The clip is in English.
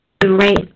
Great